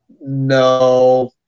no